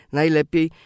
najlepiej